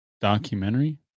documentary